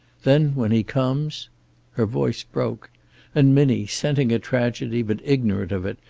then, when he comes her voice broke and minnie, scenting a tragedy but ignorant of it,